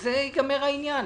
ובזה ייגמר העניין.